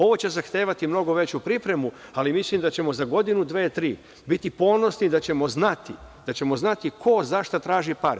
Ovo će zahtevati mnogo veću pripremu, ali mislim da ćemo za godinu, dve, tri biti ponosni, da ćemo znati ko, za šta traži pare.